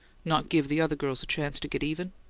not give the other girls a chance to get even?